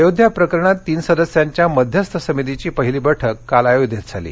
अयोध्या प्रकरणात तीन सदस्यांच्या मध्यस्थ समितीची पहिली बैठक काल अयोध्यत झाली